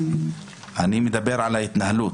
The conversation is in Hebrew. אני מדבר על ההתנהלות.